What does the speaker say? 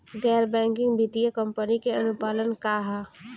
गैर बैंकिंग वित्तीय कंपनी के अनुपालन का ह?